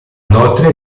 inoltre